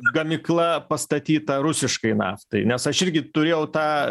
gamykla pastatyta rusiškai naftai nes aš irgi turėjau tą